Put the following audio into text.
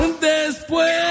Después